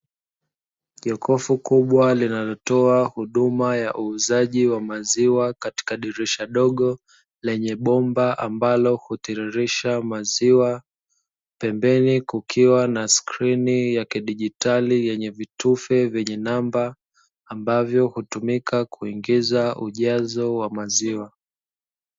Jokofu kubwa linalotoa huduma ya uuzaji wa maziwa katika dirisha dogo lenye bomba, ambalo hutiririsha maziwa pembeni kukiwa na skrini ya kidijitali yenye vitufe vyenye namba ambavyo hutumika kuingiza ujazo wa maziwa.